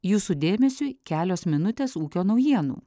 jūsų dėmesiui kelios minutės ūkio naujienų